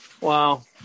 Wow